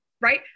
Right